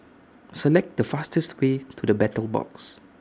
Select The fastest Way to The Battle Box